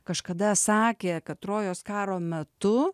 kažkada sakė kad trojos karo metu